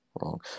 wrong